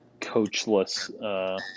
coachless –